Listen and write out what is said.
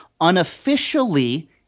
Unofficially